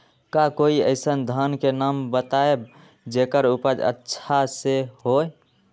का कोई अइसन धान के नाम बताएब जेकर उपज अच्छा से होय?